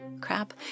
crap